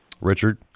Richard